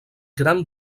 gran